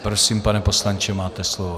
Prosím, pane poslanče, máte slovo.